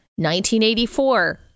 1984